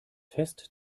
fest